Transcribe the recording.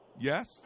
Yes